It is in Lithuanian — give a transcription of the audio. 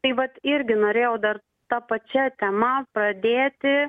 tai vat irgi norėjau dar ta pačia tema pradėti